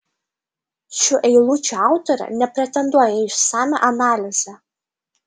šių eilučių autorė nepretenduoja į išsamią analizę